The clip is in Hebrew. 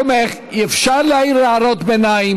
רבותיי.